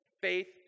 Faith